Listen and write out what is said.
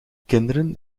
kinderen